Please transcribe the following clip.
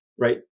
right